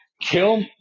kill